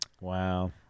Wow